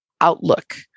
outlook